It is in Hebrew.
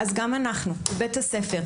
אז גם אנחנו בבית הספר,